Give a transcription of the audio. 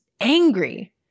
angry